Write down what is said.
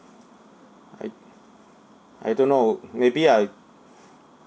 I I don't know maybe I